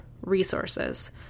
resources